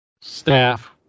staff